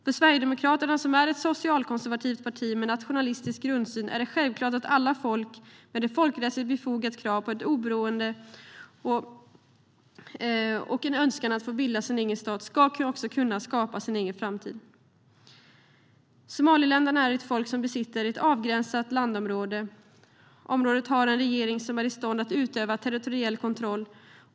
För Sverigedemokraterna, som är ett socialkonservativt parti med nationalistisk grundsyn, är det självklart att alla folk med ett folkrättsligt befogat krav på ett oberoende och en önskan att få bilda sin egen stat också ska kunna skapa sin egen framtid. Folket i Somaliland besitter ett avgränsat landområde. Området har en regering som är i stånd att utöva territoriell kontroll.